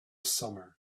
summer